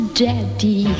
daddy